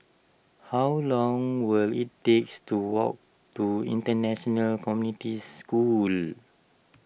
how long will it take to walk to International Community School